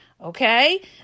Okay